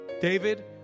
David